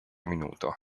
minuto